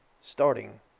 starting